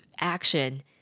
action